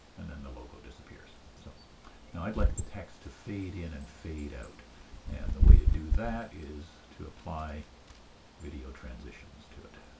and then the logo disappears. so now i'd like the text to fade in and fade out and the way to do that is to apply video transitions to it.